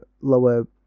lower